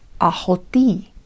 ahoti